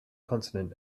consonant